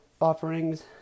offerings